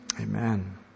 Amen